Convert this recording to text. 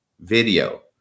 video